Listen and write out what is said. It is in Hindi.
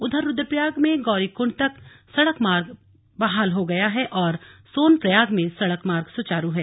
उधर रुद्रप्रयाग में गौरीकंड तक सड़क मार्ग बहाल हो गया है और सोनप्रयाग में सड़क मार्ग सुचारु है